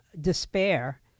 despair